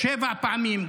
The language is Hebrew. שבע פעמים,